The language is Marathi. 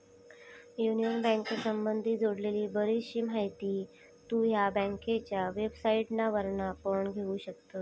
युनियन बँकेसंबधी जोडलेली बरीचशी माहिती तु ह्या बँकेच्या वेबसाईटवरना पण घेउ शकतस